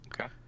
Okay